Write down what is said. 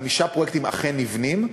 חמישה פרויקטים אכן נבנים,